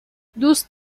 دوست